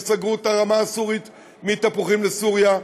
כשסגרו את הרמה הסורית לתפוחים לסוריה,